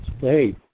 hey